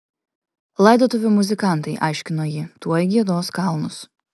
laidotuvių muzikantai aiškino ji tuoj giedos kalnus